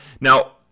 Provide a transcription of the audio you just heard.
Now